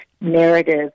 narrative